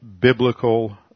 biblical